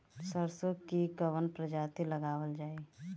सरसो की कवन प्रजाति लगावल जाई?